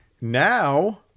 Now